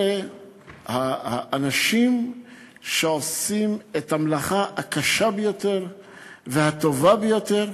אלה האנשים שעושים את המלאכה הקשה ביותר והטובה ביותר,